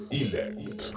elect